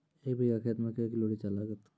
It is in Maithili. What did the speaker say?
एक बीघा खेत मे के किलो रिचा लागत?